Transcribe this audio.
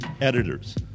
editors